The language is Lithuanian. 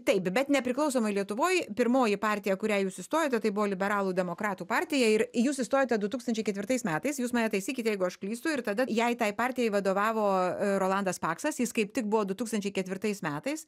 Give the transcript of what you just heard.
taip bet nepriklausomoj lietuvoj pirmoji partija į kurią jūs įstojote tai buvo liberalų demokratų partija ir jūs įstojote du tūkstančiai ketvirtais metais jūs mane taisykite jeigu aš klystu ir tada jai tai partijai vadovavo rolandas paksas jis kaip tik buvo du tūkstančiai ketvirtais metais